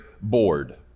board